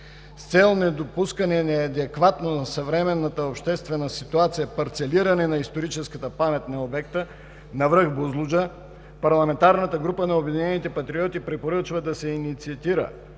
С цел недопускане неадекватно на съвременната обществена ситуация парцелиране на историческата памет на обекта на връх Бузлуджа парламентарната група на „Обединени патриоти“ препоръчва да се инициират